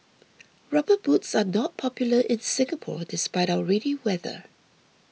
rubber boots are not popular in Singapore despite our rainy weather